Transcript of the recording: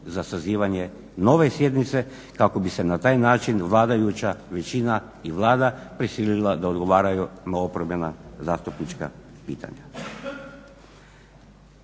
za sazivanje nove sjednice kako bi se na taj način vladajuća većina i Vlada prisilile da odgovaraju na oporbena zastupnička pitanja.